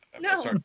No